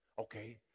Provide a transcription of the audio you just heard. okay